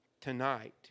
tonight